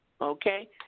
Okay